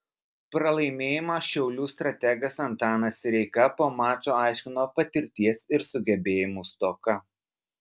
pralaimėjimą šiaulių strategas antanas sireika po mačo aiškino patirties ir sugebėjimų stoka